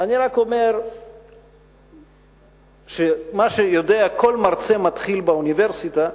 אני רק אומר שמה שיודע כל מרצה מתחיל באוניברסיטה,